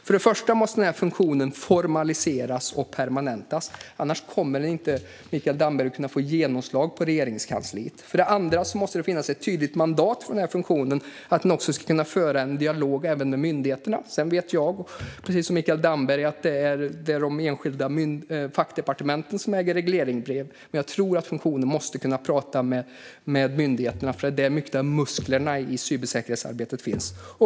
För det första måste funktionen formaliseras och permanentas. Annars kommer inte Mikael Damberg att få genomslag på Regeringskansliet. För det andra måste det finnas ett tydligt mandat för funktionen att den också ska föra en dialog med myndigheter. Sedan vet jag, precis som Mikael Damberg, att det är de enskilda fackdepartementen som utfärdar regleringsbrev, men jag tror att funktionen måste kunna prata med myndigheterna. Det är där musklerna i arbetet med cybersäkerhet finns.